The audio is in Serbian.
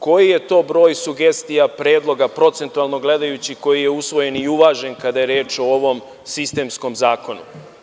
Koji je to broj sugestija, predloga procentualno gledajući, koji je usvojen i uvažen kada je reč o ovom sistemskom zakonu?